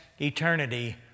eternity